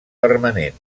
permanent